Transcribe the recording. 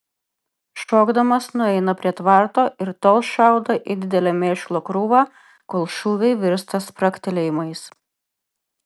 šokdamas nueina prie tvarto ir tol šaudo į didelę mėšlo krūvą kol šūviai virsta spragtelėjimais